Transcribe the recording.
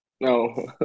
No